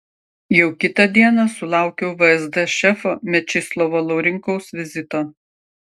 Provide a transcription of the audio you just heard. jau kitą dieną sulaukiau vsd šefo mečislovo laurinkaus vizito